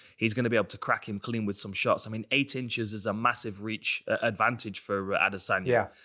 he's gonna be able to crack him clean with some shots. i mean eight and is is a massive reach advantage for adesanya.